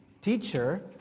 Teacher